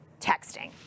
texting